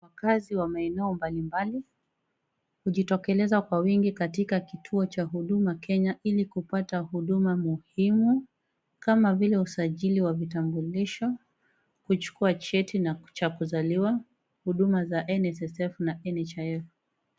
Wakaazi wa maeneo mbalimbali hujitokeza katika kituo cha Huduma Kenya ili kupata huduma muhimu kama vile; usajili wa vitambulisho, kuchukua cheti cha kuzaliwa, huduma za nssf na nhif.